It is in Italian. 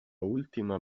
ultima